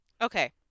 okay